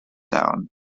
down